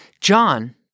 John